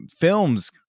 films